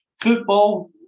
football